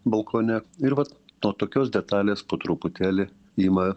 balkone ir vat to tokios detalės po truputėlį ima